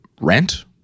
rent